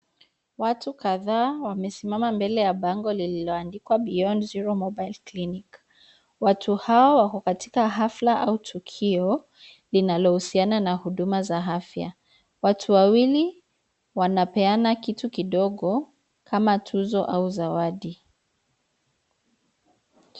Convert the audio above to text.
Watu kadhaa wamesimama mbele ya bango lililoandikwa Beyond zero Mobile Clinic. Watu hao wako katika hafla au tukio linalohusiana na huduma za afya. Watu wawili wanapeana kitu kidogo kama tuzo au zawadi.